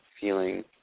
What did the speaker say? feeling